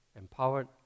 empowered